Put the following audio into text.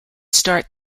start